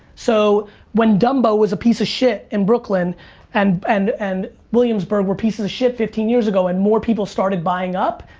so when dumbo was a piece of shit in brooklyn and and and williamsburg were pieces of shit fifteen years ago and more people started buying up,